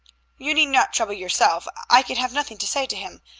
you need not trouble yourself. i can have nothing to say to him,